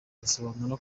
asobanura